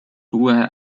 uue